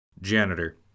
Janitor